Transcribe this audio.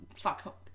fuck